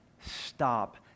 stop